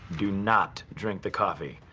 do not drink the coffee,